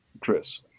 Chris